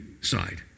side